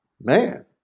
man